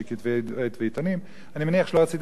אני מניח שלא רציתם להגביל את השוק הזה.